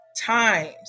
times